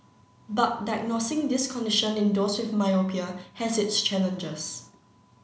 but diagnosing this condition in those with myopia has its challenges